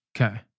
Okay